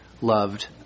loved